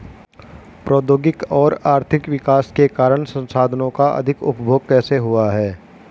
प्रौद्योगिक और आर्थिक विकास के कारण संसाधानों का अधिक उपभोग कैसे हुआ है?